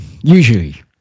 usually